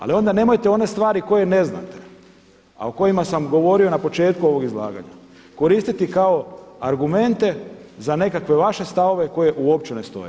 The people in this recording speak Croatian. Ali onda nemojte one stvari koje ne znate a o kojima sam govorio na početku ovog izlaganja koristiti kao argumente za nekakve vaše stavove koje uopće ne stoje.